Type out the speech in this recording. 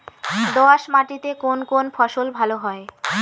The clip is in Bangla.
দোঁয়াশ মাটিতে কোন কোন ফসল ভালো হয়?